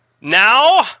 Now